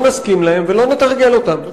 לא נסכים להם ולא נתרגל אותם.